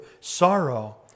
sorrow